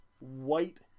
white